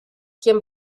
quien